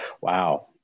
Wow